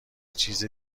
چیز